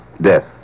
Death